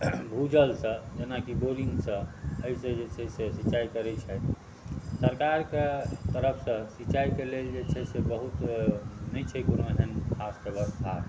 भू जल से जेना की बोरिङ्गसँ एहिसँ जे छै से सिंचाई करैत छथि सरकारक तरफसँ सिंचाइके लेल जे छै से बहुत नहि छै कोनो एहन खास व्यवस्था